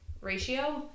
ratio